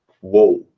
whoa